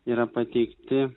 yra pateikti